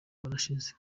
barashize